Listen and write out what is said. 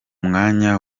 mwanya